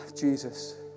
Jesus